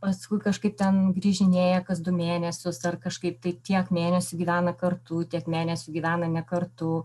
paskui kažkaip ten grįžinėja kas du mėnesius ar kažkaip tai tiek mėnesių gyvena kartu tiek mėnesių gyvena ne kartu